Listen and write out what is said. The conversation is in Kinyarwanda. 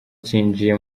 cyinjiye